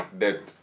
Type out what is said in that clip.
debt